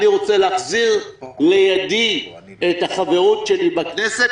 אני רוצה להחזיר לידי את החברות שלי בכנסת,